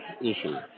issue